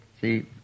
See